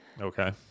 Okay